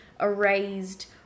erased